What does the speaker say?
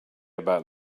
about